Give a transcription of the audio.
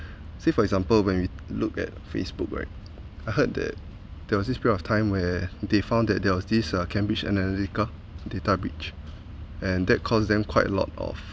say for example when we look at facebook right I heard that there was this period of time where they found that there was this uh cambridge analytica data breach and that caused them quite a lot of